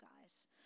guys